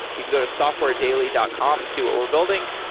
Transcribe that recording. you can go to softwaredaily dot com and see what we're building.